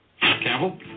Campbell